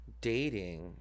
Dating